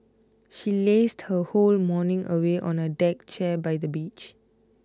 she lazed her whole morning away on a deck chair by the beach